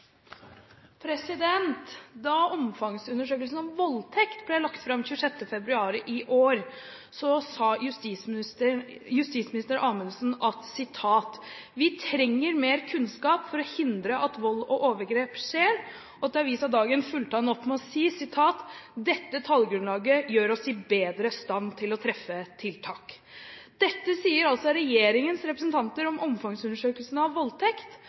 Da omfangsundersøkelsen om voldtekt ble lagt fram 26. februar i år, sa justisminister Anundsen: «Vi trenger mer kunnskap for å hindre at vold og overgrep skjer.» Til avisen Dagen fulgte han opp med å si: «Dette tallgrunnlaget gjør oss i bedre stand til å treffe tiltak». Dette sier altså regjeringens representant om omfangsundersøkelsen om voldtekt.